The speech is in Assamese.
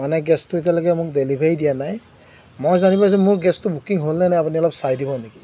মানে গেছটো এতিয়ালৈকে মোক ডেলিভাৰী দিয়া নাই মই জানিব বিচাৰিছোঁ মোৰ গেছটো বুকিং হ'ল নে নাই আপুনি অলপ চাই দিব নেকি